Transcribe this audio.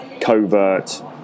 covert